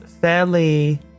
fairly